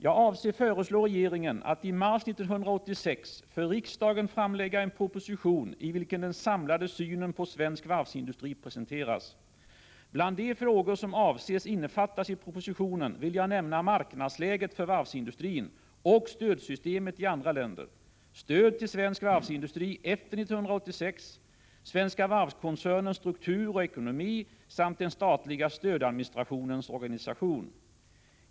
Jag avser föreslå regeringen att i mars 1986 för riksdagen framlägga en proposition i vilken den samlade synen på svensk varvsindustri presenteras. Bland de frågor som avses innefattas i propositionen vill jag nämna marknadsläget för varvsindustrin och stödsystemet i andra länder, stöd till svensk varvsindustri efter 1986, Svenska Varv-koncernens struktur och ekonomi samt den statliga stödadministrationens organisation.